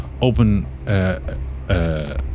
open